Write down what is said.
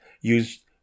use